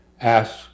ask